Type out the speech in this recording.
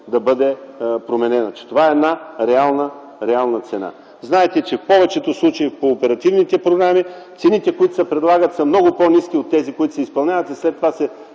да бъде променена, че това е една реална цена. Знаете, че в повечето случаи по оперативните програми цените, които се предлагат, са много по-ниски от тези, които се изпълняват и след това се